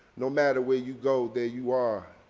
no matter where you go, there you are.